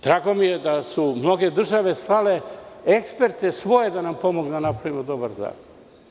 Drago mi je da su mnoge države slale svoje eksperte da nam pomognu da napravimo dobar zakon.